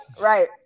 Right